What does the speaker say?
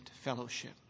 fellowship